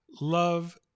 love